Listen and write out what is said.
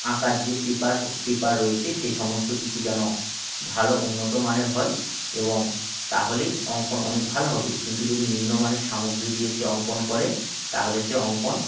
আঁকার যে paper paper রয়েছে সেই সমস্ত কিছু যেন ভালো উন্নত মানের হয় এবং তাহলেই অঙ্কন অনেক ভালো হবে কিন্তু যদি নিম্ন মানের সামগ্রী দিয়ে সে অঙ্কন করে তাহলে সে অঙ্কন